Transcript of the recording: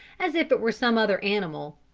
as if it were some other animal,